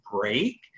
break